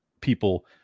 people